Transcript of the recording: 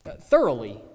thoroughly